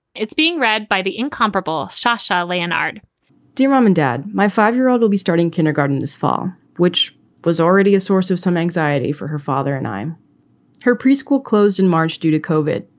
it's being read by the incomparable sasha lanard dear mom and dad, my five year old will be starting kindergarten this fall, which was already a source of some anxiety for her father. and i'm her preschool closed in march due to covid.